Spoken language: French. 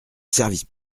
service